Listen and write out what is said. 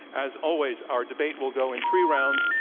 as always, our debate will go in three rounds.